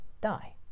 die